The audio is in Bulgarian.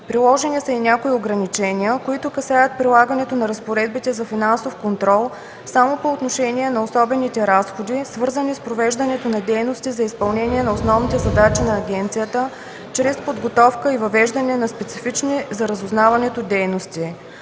Предложени са и някои ограничения, които касаят прилагането на разпоредбите за финансов контрол само по отношение на особените разходи, свързани с провеждането на дейности за изпълнение на основните задачи на агенцията чрез подготовка и провеждане на специфични за разузнаването дейности.